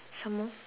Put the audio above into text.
some more